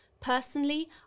Personally